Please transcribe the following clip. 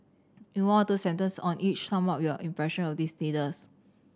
in one or two sentence on each sum up your impression of these leaders